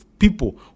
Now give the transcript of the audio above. People